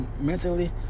mentally